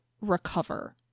recover